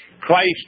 Christ